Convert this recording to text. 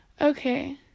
Okay